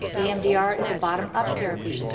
emdr is a bottom-up therapy.